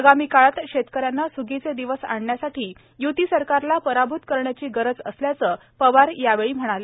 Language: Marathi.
आगामी काळात शेतकऱ्यांना सुगीचे दिवस आणण्यासाठी यूती सरकारला पराभूत करण्याची गरज असल्याचे पवार यावेळी म्हणाले